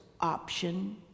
option